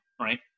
Right